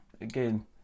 again